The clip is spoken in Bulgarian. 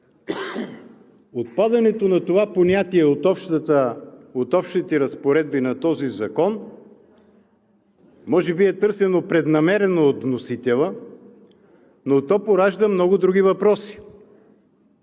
Отпадането на това понятие от Общите разпоредби на този закон може би е търсено преднамерено от вносителя, но то поражда много други въпроси.